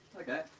okay